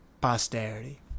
posterity